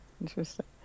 Interesting